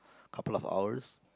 couple of hours